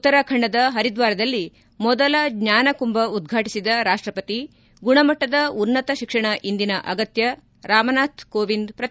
ಉತ್ತರಾಖಂಡದ ಪರಿದ್ಧಾರದಲ್ಲಿ ಮೊದಲ ಜ್ಞಾನ ಕುಂಭ ಉದ್ವಾಟಿಸಿದ ರಾಷ್ಟಪತಿ ಗುಣಮಟ್ಟದ ಉನೃತಶಿಕ್ಷಣ ಇಂದಿನ ಅಗತ್ನ ರಾಮ್ನಾಥ್ ಕೋವಿಂದ್ ಪ್ರತಿಪಾದನೆ